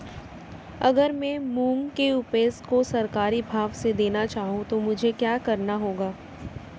अगर मैं मूंग की उपज को सरकारी भाव से देना चाहूँ तो मुझे क्या करना होगा?